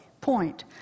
Point